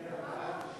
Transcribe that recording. ההצעה להעביר את